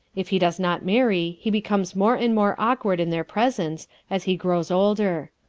if he does not marry he becomes more and more awkward in their presence as he grows older.